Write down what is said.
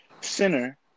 center